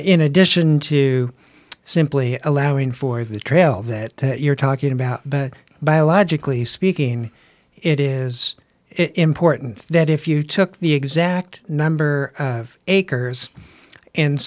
in addition to simply allowing for the trail that you you're talking about biologically speaking it is important that if you took the exact number of acres and